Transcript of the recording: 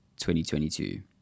2022